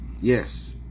yes